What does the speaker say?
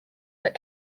but